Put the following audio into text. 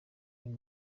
uyu